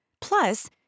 Plus